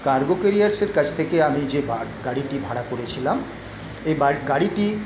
cargo ক্যারিয়ার্সের কাছ থেকে আমি যে গাড়িটি ভাড়া করেছিলাম এই গাড়িটি